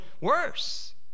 worse